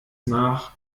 nach